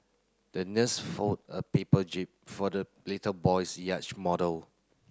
the nurse fold a paper jib for the little boy's yacht model